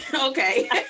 okay